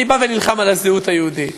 אני נלחם על הזהות היהודית,